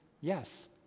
yes